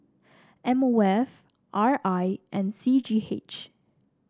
M O F R I and C G H